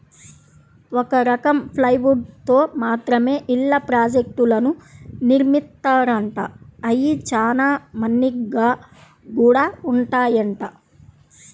ఒక రకం ప్లైవుడ్ తో మాత్రమే ఇళ్ళ ప్రాజెక్టులను నిర్మిత్తారంట, అయ్యి చానా మన్నిగ్గా గూడా ఉంటాయంట